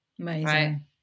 Amazing